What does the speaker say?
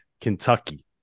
Kentucky